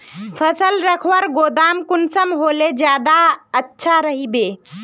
फसल रखवार गोदाम कुंसम होले ज्यादा अच्छा रहिबे?